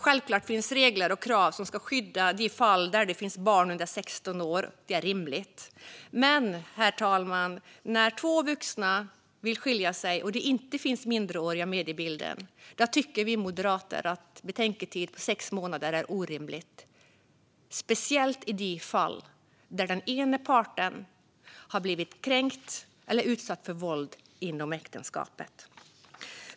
Självklart finns regler och krav till skydd i de fall då det finns barn under 16 år. Det är rimligt. Men, herr talman, när två vuxna vill skilja sig och det inte finns minderåriga med i bilden tycker vi moderater att en betänketid på sex månader är orimlig, speciellt i de fall där den ena parten har blivit kränkt eller utsatt för våld inom äktenskapet.